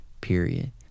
period